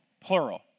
plural